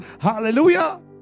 Hallelujah